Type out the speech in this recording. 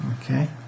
Okay